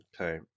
okay